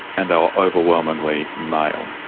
and ah overwhelmingly male.